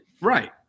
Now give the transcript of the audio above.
Right